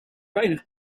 weinig